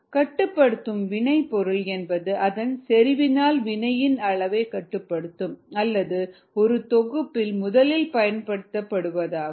கட்டுப்படுத்தும் வினைபொருள் என்பது அதன் செறிவினால் வினையின் அளவைக் கட்டுப்படுத்தும் அல்லது ஒரு தொகுப்பில் முதலில் பயன்படுத்தப் படுவதாகும்